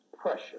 pressure